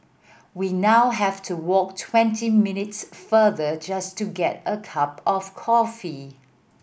we now have to walk twenty minutes further just to get a cup of coffee